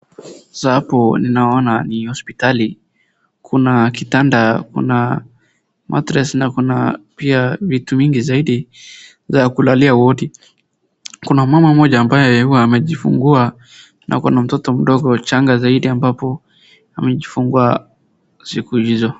Sasa hapo ninaona ni hospitali kuna kitanda, kuna mattress na kuna pia vitu mingi zaidi za kulalia wodi. Kuna mama mmoja ambaye huwa amejifungua na kuna mtoto mdogo changa zaidi ambapo amejifungua siku hizo.